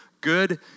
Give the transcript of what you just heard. Good